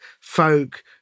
folk